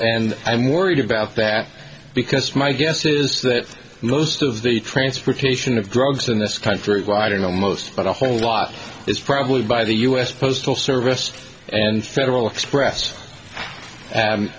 worried about that because my guess is that most of the transportation of drugs in this country wide and almost but a whole lot is probably by the us postal service and federal express